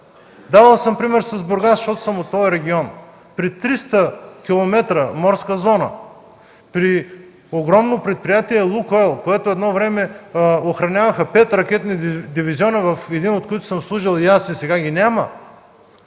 давал съм пример с Бургас, защото съм от този регион – при 300 км морска зона, при огромно предприятие „Лукойл”, което едно време охраняваха пет ракетни дивизиона, в един от които съм служил и аз, които сега ги няма,